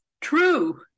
true